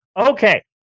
Okay